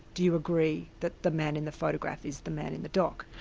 do you agree that the man in the photograph is the man in the dock?